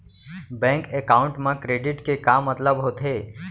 Bank account मा credit के का मतलब होथे?